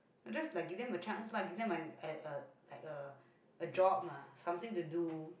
I just like give them a chance lah give them an a a like a a job ah something to do